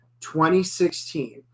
2016